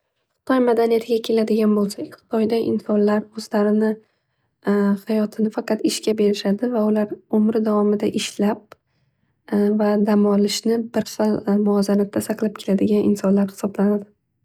Xitoy madaniyatiga keladigan bo'lsak xitoyda insonlar o'zlarini hayotini faqat ishga berishadi va umri davomida ishlab va dam olishni bir xil muvozanatda saqlab keladigan insonlar hisoblanadi.